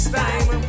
time